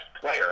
player